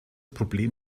problem